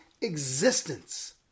existence